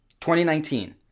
2019